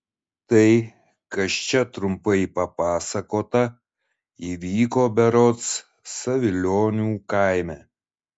tai kas čia trumpai papasakota įvyko berods savilionių kaime